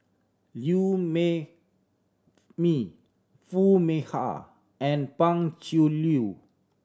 Liew Mee Foo Mee Har and Pan Cheng Lui